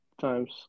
times